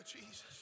Jesus